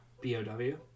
B-O-W